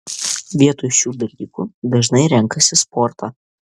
vietoj šių dalykų dažnai renkasi sportą